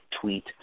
tweet